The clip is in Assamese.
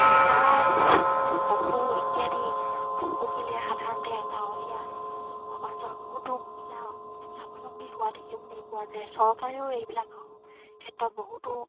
চৰাই পশু ইত্যাদি পুহিলে সাধাৰণতে গাঁৱলীয়া সমাজৰ বহুতো মহিলা স্বাৱলম্বী হোৱা দেখিবলৈ পোৱা যায় চৰকাৰেও এইবিলাক ক্ষেত্ৰত বহুতো